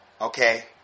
okay